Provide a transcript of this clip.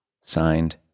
Signed